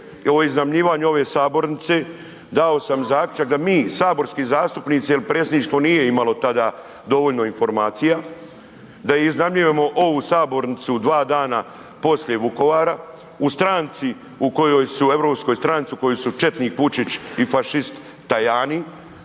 iznajmljivanje ove sabornice, dao sam zaključak da mi saborski zastupnici jer predsjedništvo nije imalo tada dovoljno informacija da iznajmljujemo ovu sabornicu dva dana poslije Vukovara u stranci u kojoj su, u europskoj stranci u kojoj su četnik Vučić i fašist Tajani.